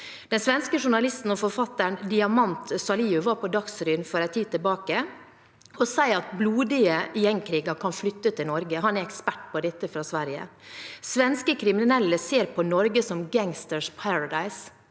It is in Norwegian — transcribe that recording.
Den svenske journalisten og forfatteren Diamant Salihu var på Dagsrevyen for en tid tilbake og sa at blodige gjengkriger kan flytte til Norge. Han er ekspert på dette i Sverige. Svenske kriminelle ser på Norge som gangsternes paradis,